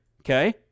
Okay